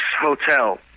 hotel